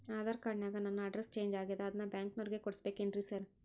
Aadhaar card ನ್ಯಾಗ ನನ್ address change ಆಗ್ಯಾದ ಅದನ್ನ ಬ್ಯಾಂಕಿನೊರಿಗೆ ಕೊಡ್ಬೇಕೇನ್ರಿ ಸಾರ್?